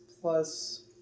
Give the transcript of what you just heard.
plus